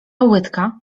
łydka